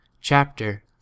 chapter